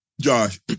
Josh